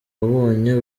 wabonye